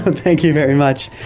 and thank you very much.